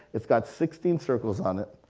it's got sixteen circles on it.